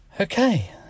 Okay